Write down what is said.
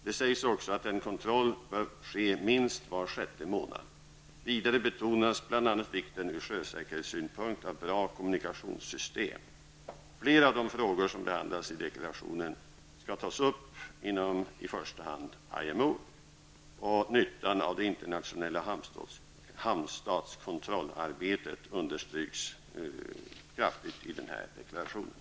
Det sägs också att en kontroll bör ske minst var sjätte månad. Vidare betonas bl.a. vikten från sjösäkerhetssynpunkt av bra kommunikationssystem. Flera av de frågor som behandlas i deklarationen skall tas upp inom i första hand IMO. Nyttan av det internationella hamnstadskontrollarbetet understryks kraftigt i deklarationen.